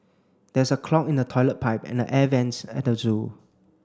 there is a clog in the toilet pipe and the air vents at the zoo